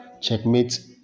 checkmate